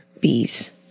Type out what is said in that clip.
bees